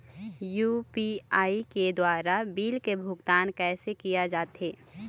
UPI के द्वारा bill के भुगतान कैसे किया जाथे?